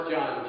John